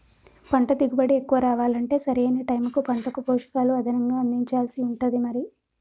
పంట దిగుబడి ఎక్కువ రావాలంటే సరి అయిన టైముకు పంటకు పోషకాలు అదనంగా అందించాల్సి ఉంటది మరి